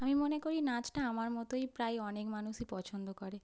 আমি মনে করি নাচটা আমার মতোই প্রায় অনেক মানুষই পছন্দ করে